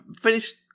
finished